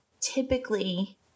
typically